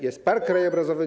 Jest park krajobrazowy.